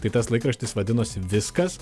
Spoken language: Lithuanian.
tai tas laikraštis vadinosi viskas